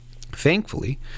Thankfully